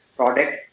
product